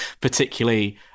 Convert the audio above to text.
particularly